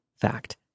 fact